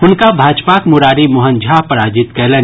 हुनका भाजपाक मुरारी मोहन झा पराजित कयलनि